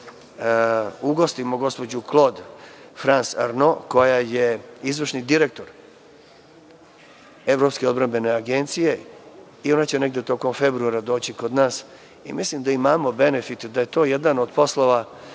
ugostimo gospođu Klod Frans Arno, koja je izvršni direktor Evropske odbrambene agencije. Ona će negde tokom februara doći kod nas. Mislim da imamo benefit da je to jedan od poslova